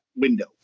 window